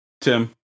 Tim